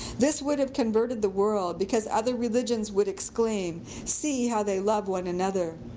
this would have converted the world because other religions would exclaim see how they love one another!